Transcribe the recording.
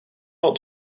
not